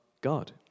God